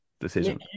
decision